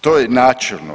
To je načelno.